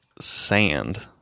sand